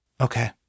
Okay